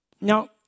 Now